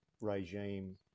regime